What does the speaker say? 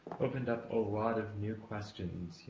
opened up a lot of new questions.